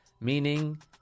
Meaning